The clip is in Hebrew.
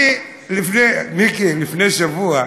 מיקי, לפני שבוע,